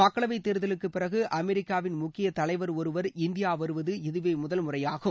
மக்களவைத் தேர்தலுக்குப் பிறகு அமெரிக்காவில் முக்கிய தலைவர் ஒருவர் இந்தியா வருவது இதுவே முதல் முறையாகும்